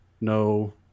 no